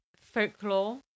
folklore